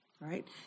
Right